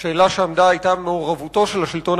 עולה השאלה על מעורבותו של השלטון